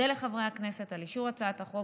אודה לחברי הכנסת על אישור הצעת החוק